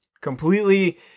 completely